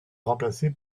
remplacé